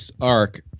arc